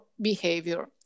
behavior